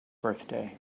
birthday